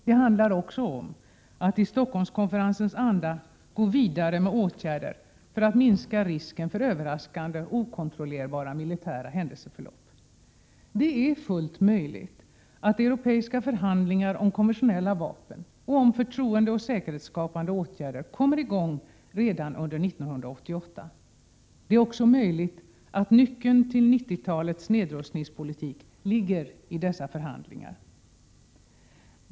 Det handlar också om att, i Stockholmskonferensens anda, gå vidare med åtgärder för att minska risken för överraskande och okontrollerbara militära händelseförlopp. Det är fullt möjligt att europeiska förhandlingar om konventionella vapen och om förtroendeoch säkerhetsskapande åtgärder kommer i gång redan under 1988. Det är också möjligt att nyckeln till 90-talets nedrustningspolitik ligger i dessa förhandlingar.